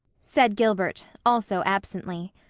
said gilbert also absently.